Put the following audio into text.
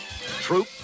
Troop